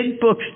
book